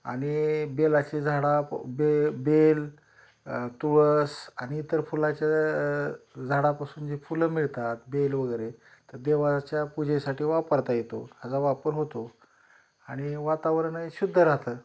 आणि बेलाची झाडं बे बेल तुळस आणि इतर फुलाच्या झाडापासून जे फुलं मिळतात बेल वगैरे तर देवाच्या पूजेसाठी वापरता येतो ह्याचा वापर होतो आणि वातावरणही शुद्ध राहतं